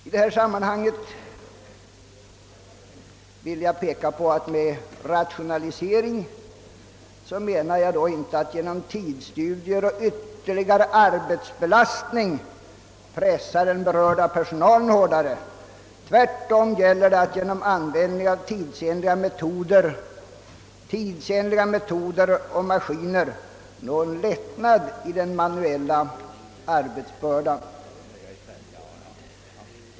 I detta sammanhang vill jag påpeka att jag med rationalisering inte menar att genom tidsstudier och ytterligare arbetsbelastning pressa den berörda personalen hårdare. Tvärtom gäller det att genom användning av tidsenliga metoder och maskiner nå en lättnad i den manuella arbetsbördan.